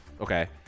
Okay